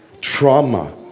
trauma